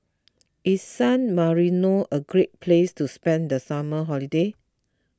is San Marino a great place to spend the summer holiday